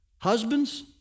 Husbands